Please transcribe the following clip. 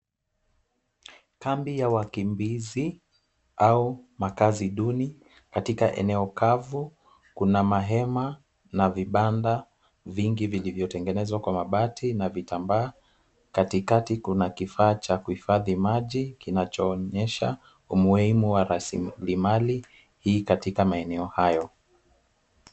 Kambi ya wakimbizi au makazi duni, katika eneo kavu. Kuna mahema na vibanda vingi vilivyotengenezwa kwa mabati na vitambaa. Katikati kuna kifaa cha kuhifadhi maji, kinachoonyesha umuhimu wa raslimali hii katika maeneo hayo.